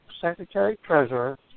Secretary-Treasurer